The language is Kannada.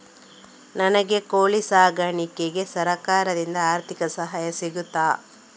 ನನಗೆ ಕೋಳಿ ಸಾಕಾಣಿಕೆಗೆ ಸರಕಾರದಿಂದ ಆರ್ಥಿಕ ಸಹಾಯ ಸಿಗುತ್ತದಾ?